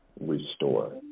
restore